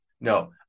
No